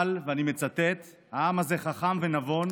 אבל, ואני מצטט, העם הזה חכם ונבון,